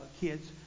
kids